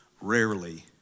rarely